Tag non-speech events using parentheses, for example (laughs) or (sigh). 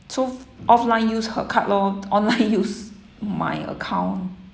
so f~ offline use her card lor online use (laughs) my account